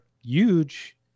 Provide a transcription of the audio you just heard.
huge